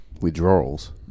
Withdrawals